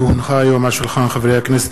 כי הונחה היום על שולחן הכנסת,